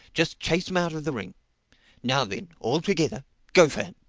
just chase him out of the ring now then, all together, go for him!